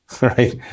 Right